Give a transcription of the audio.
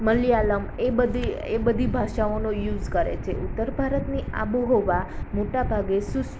મલયાલમ એ બધી એ બધી ભાષાઓનો યુસ કરે છે ઉત્તર ભારતની આબોહવા મોટાં ભાગે સુ